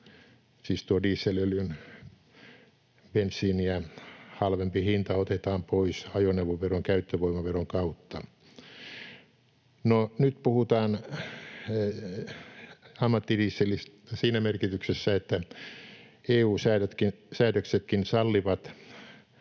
Siis tuo dieselöljyn bensiiniä halvempi hinta otetaan pois ajoneuvoveron käyttövoimaveron kautta. No, nyt puhutaan ammattidieselistä siinä merkityksessä, että EU-säädöksetkin sallivat